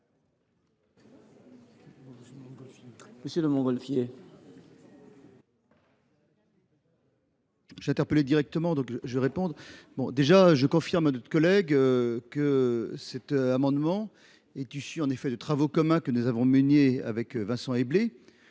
Monsieur de Montgolfier,